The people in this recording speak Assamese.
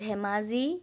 ধেমাজী